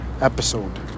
episode